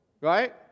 right